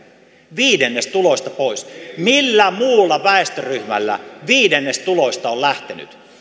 viidennes tuloista pois millä muulla väestöryhmällä viidennes tuloista on lähtenyt